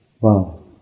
Wow